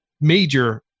major